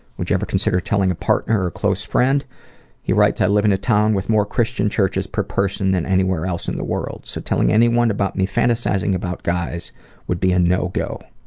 would you consider telling a partner close friend he writes, i live in a town with more christian churches per person than anywhere else in the world so telling anyone about me fantasizing about guys would be a no-go.